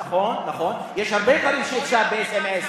נכון, יש הרבה דברים באס.אם.אס.